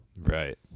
right